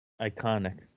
iconic